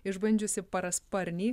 išbandžiusi parasparnį